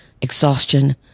exhaustion